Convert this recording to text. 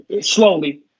slowly